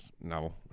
no